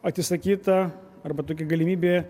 atsisakyta arba tokia galimybė